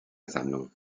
sammlung